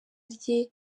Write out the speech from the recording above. rye